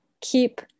keep